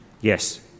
Yes